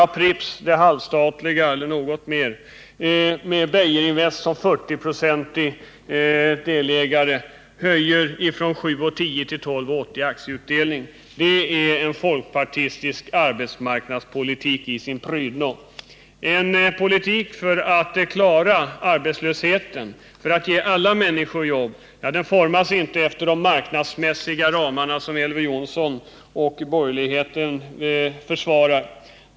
och Pripps, som till hälften eller något mer ägs av staten, med Beijerinvest som delägare till 40 26, höjer från 7:10 till 12:80 i aktieutdelning. Det är folkpartistisk arbetsmarknadspolitik i sino En politik för att klara arbetslösheten, för att ge alla människor jobb, formas inte efter de arbetsmarknadsmässiga ramarna, som Elver Jonsson och borgerligheten försvarar.